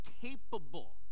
capable